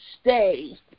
stay